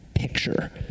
picture